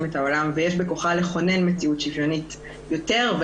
את העולם ושיש בכוחה לכונן מציאות שוויונית יותר.